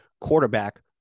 quarterback